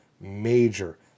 major